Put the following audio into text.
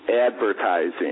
advertising